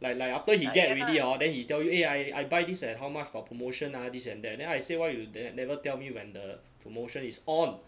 like like after he get already hor then he tell you eh I I buy this at how much got promotion ah this and that and then I say why you ne~ never tell me when the promotion is on